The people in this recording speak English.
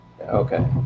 Okay